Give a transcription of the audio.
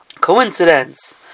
coincidence